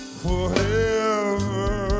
forever